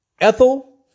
Ethel